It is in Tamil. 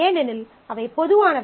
ஏனெனில் அவை பொதுவானவை